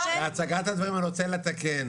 בהצגת הדברים אני רוצה לתקן.